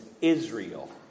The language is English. Israel